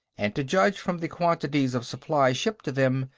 and, to judge from the quantities of supplies shipped to them,